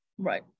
Right